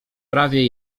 prawie